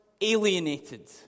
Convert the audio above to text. alienated